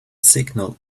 signal